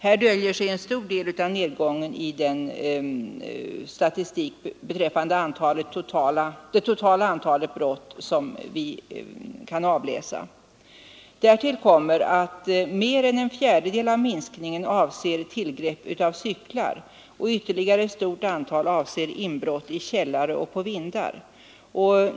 Här döljer sig en stor del av den statistiska nedgång i det totala antalet brott som vi kan utläsa. Därtill kommer att mer än en fjärdedel av minskningen avser tillgrepp av cyklar. Ytterligare ett stort antal avser inbrott i källare och på vindar.